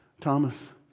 Thomas